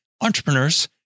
Entrepreneurs